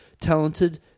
talented